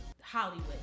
Hollywood